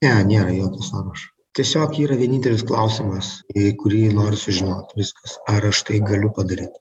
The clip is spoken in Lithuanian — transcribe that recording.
ne nėra jokio sąrašo tiesiog yra vienintelis klausimas į kurį noriu sužinot viskas ar aš tai galiu padaryt